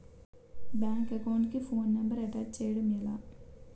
Bank account కి phone number attach చేయడం ఎలా?